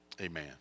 amen